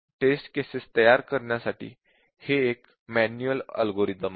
taste cases तयार करण्यासाठी हे मॅन्युअल अल्गोरिदम आहे